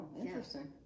interesting